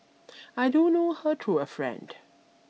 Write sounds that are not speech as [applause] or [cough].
[noise] I do know her through a friend